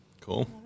Cool